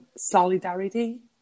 solidarity